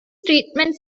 treatments